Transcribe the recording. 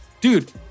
Dude